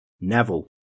Neville